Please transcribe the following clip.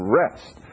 rest